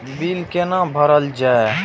Bill कैना भरल जाय?